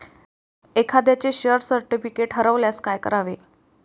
एखाद्याचे share certificate हरवल्यास काय करावे?